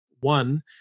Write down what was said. One